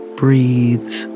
breathes